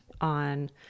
on